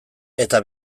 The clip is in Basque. eta